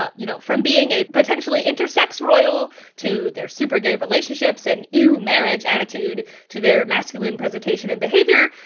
ah you know, from being a potentially intersex royal to their super gay relationships and eww marriage! attitude, to their masculine presentation and behavior.